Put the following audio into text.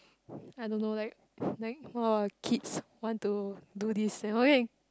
I don't know like like !wah! kids want to do this kind of thing